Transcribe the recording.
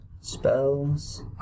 spells